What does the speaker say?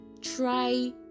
try